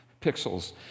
pixels